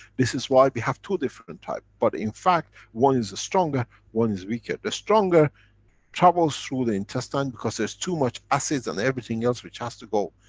this is why we have two different types. but in fact, one is the stronger, one is weaker. the stronger travels through the intestine because there's too much acids and everything else which has to go.